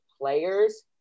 players